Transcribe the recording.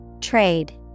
Trade